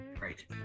Right